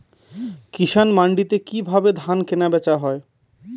কৃষান মান্ডিতে কি ভাবে ধান কেনাবেচা হয়?